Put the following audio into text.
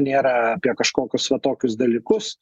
nėra apie kažkokius va tokius dalykus